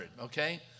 okay